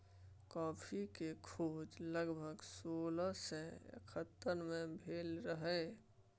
coffee केर खोज लगभग सोलह सय एकहत्तर मे भेल रहई